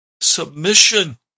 submission